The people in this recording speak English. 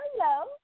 hello